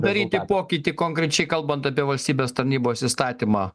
daryti pokytį konkrečiai kalbant apie valstybės tarnybos įstatymą